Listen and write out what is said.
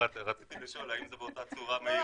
רציתי לשאול האם זה באותה צורה --- לא.